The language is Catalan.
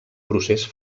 procés